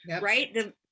right